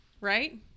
right